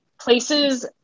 places